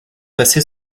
passé